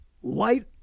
white